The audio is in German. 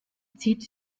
zieht